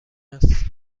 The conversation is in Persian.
است